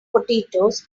potatoes